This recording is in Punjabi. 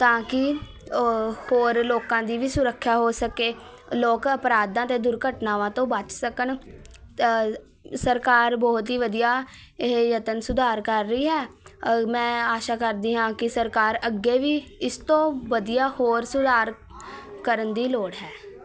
ਤਾਂ ਕਿ ਹੋਰ ਲੋਕਾਂ ਦੀ ਵੀ ਸੁਰੱਖਿਆ ਹੋ ਸਕੇ ਲੋਕ ਅਪਰਾਧਾਂ ਅਤੇ ਦੁਰਘਟਨਾਵਾਂ ਤੋਂ ਬੱਚ ਸਕਣ ਤ ਸਰਕਾਰ ਬਹੁਤ ਹੀ ਵਧੀਆ ਇਹ ਯਤਨ ਸੁਧਾਰ ਕਰ ਰਹੀ ਹੈ ਮੈਂ ਆਸ਼ਾ ਕਰਦੀ ਹਾਂ ਕਿ ਸਰਕਾਰ ਅੱਗੇ ਵੀ ਇਸ ਤੋਂ ਵਧੀਆ ਹੋਰ ਸੁਧਾਰ ਕਰਨ ਦੀ ਲੋੜ ਹੈ